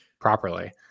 properly